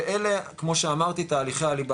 ואלה כמו שאמרתי תהליכי הליבה,